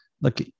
look